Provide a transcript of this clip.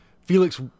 Felix